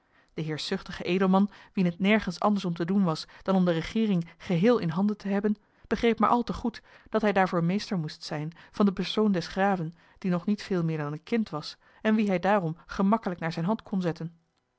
de heerschzuchtige edelman wien het nergens anders om te doen was dan om de regeering geheel in handen te hebben begreep maar al te goed dat hij daarvoor meester moest zijn van den persoon des graven die nog niet veel meer dan een kind was en wien hij daarom gemakkelijk naar zijne hand kon zetten